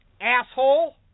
Asshole